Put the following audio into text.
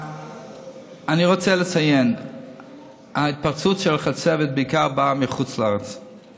אני רוצה לציין שההתפרצות של החצבת בעיקר באה מחוץ-לארץ,